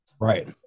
right